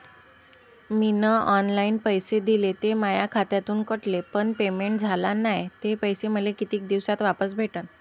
मीन online पैसे दिले, ते माया खात्यातून कटले, पण पेमेंट झाल नायं, ते पैसे मले कितीक दिवसात वापस भेटन?